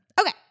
Okay